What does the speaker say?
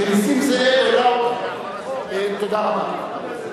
תודה רבה.